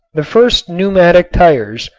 the first pneumatic tires,